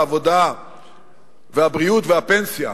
הבריאות והפנסיה,